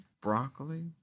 broccoli